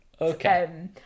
Okay